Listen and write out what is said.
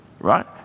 right